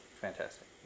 fantastic